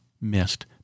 missed